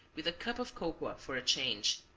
with a cup of cocoa, for a change.